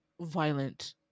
violent